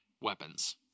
weapons